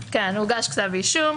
הוגש כתב אישום.